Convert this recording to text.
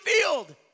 field